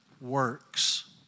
works